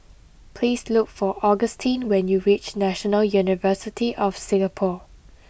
please look for Augustin when you reach National University of Singapore